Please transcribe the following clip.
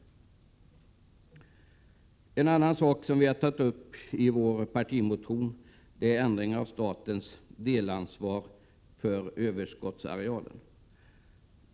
En annan sak som vi har tagit uppi vår partimotion är en ändring av statens delansvar för överskottsarealen.